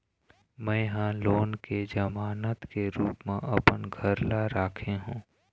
में ह लोन के जमानत के रूप म अपन घर ला राखे हों